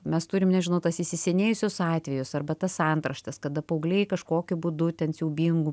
mes turim nežinau tas įsisenėjusius atvejus arba tas antraštes kada paaugliai kažkokiu būdu ten siaubingu